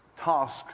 task